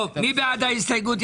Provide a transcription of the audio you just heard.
מי בעד קבלת ההסתייגות?